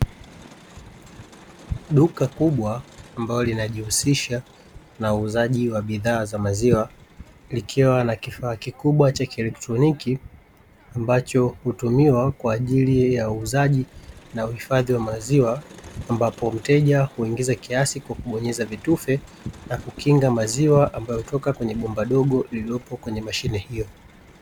Duka kubwa ambalo linajihusisha na uuzaji wa bidhaa za maziwa; likiwa na kifaa kikubwa cha kielektroniki ambacho hutumiwa kwa ajili ya uuzaji na uhifadhi wa maziwa. Ambapo mteja huingiza kiasi kwa kubonyeza vitufe, na kukinga maziwa ambayo hutoka kwenye bomba dogo lililopo kwenye mashine hiyo.